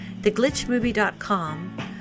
theglitchmovie.com